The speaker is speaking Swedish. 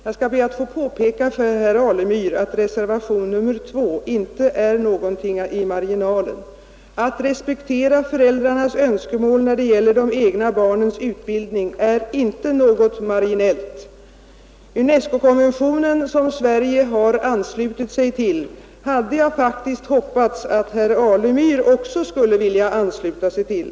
Då vill jag påpeka för herr Alemyr att reservationen A 2 inte är någonting i marginalen. Att respektera föräldrarnas önskemål när det gäller de egna barnens utbildning är inte något marginellt. UNESCO-konventionen, som Sverige har anslutit sig till, hade jag faktiskt hoppats att också herr Alemyr skulle ansluta sig till.